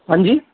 हाँ जी